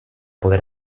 poder